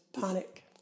panic